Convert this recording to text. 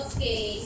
Okay